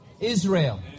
Israel